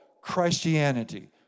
Christianity